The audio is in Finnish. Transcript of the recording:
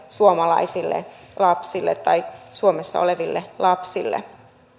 suomalaisille lapsille tai suomessa oleville lapsille